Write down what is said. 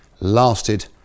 lasted